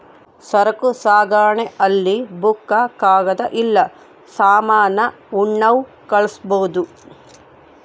ಸರಕು ಸಾಗಣೆ ಅಲ್ಲಿ ಬುಕ್ಕ ಕಾಗದ ಇಲ್ಲ ಸಾಮಾನ ಉಣ್ಣವ್ ಕಳ್ಸ್ಬೊದು